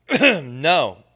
No